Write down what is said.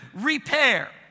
repair